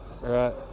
Right